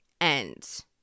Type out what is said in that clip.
end